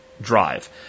drive